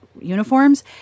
uniforms